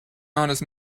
honest